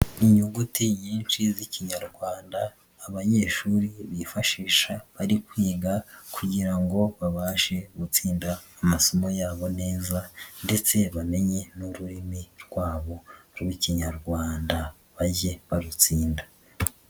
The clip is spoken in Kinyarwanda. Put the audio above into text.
Ni inyuguti nyinshi z'Ikinyarwanda abanyeshuri bifashisha bari kwiga kugira ngo babashe gutsinda amasomo yabo neza ndetse bamenye n'ururimi rwabo rw'Ikinyarwanda, bajye barutsinda.